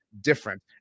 different